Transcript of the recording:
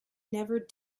never